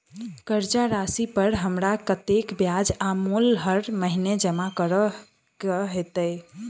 कर्जा राशि पर हमरा कत्तेक ब्याज आ मूल हर महीने जमा करऽ कऽ हेतै?